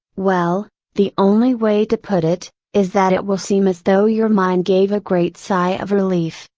well, the only way to put it, is that it will seem as though your mind gave a great sigh of relief,